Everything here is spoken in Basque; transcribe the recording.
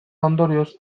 ondorioz